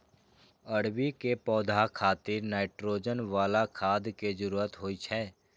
अरबी के पौधा खातिर नाइट्रोजन बला खाद के जरूरत होइ छै